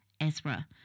Ezra